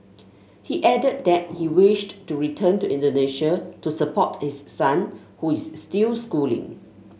he added that he wished to return to Indonesia to support his son who is still schooling